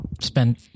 spend